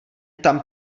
tam